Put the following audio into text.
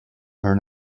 are